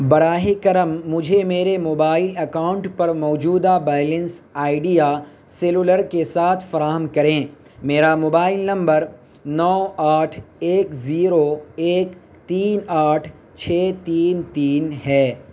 براہ کرم مجھے میرے موبائل اکاؤنٹ پر موجودہ بیلنس آئیڈیا سیلولر کے ساتھ فراہم کریں میرا موبائل نمبر نو آٹھ ایک زیرو ایک تین آٹھ چھ تین تین ہے